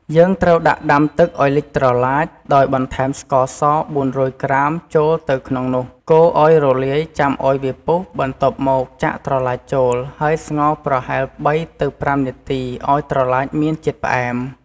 យើងត្រូវដាក់ដាំទឹកឱ្យលិចត្រឡាច ដោយបន្ថែមស្ករស ៤០០ ក្រាម ចូលទៅក្នុងនោះ កូរឱ្យរលាយ ចាំឱ្យវាពុះ បន្ទាប់មកចាក់ត្រឡាចចូល ហើយស្ងោរប្រហែល ៣ ទៅ ៥ នាទីឱ្យត្រឡាចមានជាតិផ្អែម។